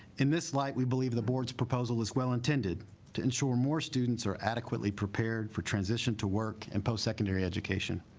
in this light we believe the board's proposal is well intended to ensure more students are adequately prepared for transition to work and post-secondary education